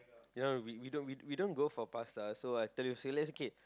you know we we don't we don't go for pasta so I tell you say let's K